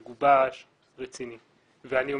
מגובש, רציני, ואני אומר,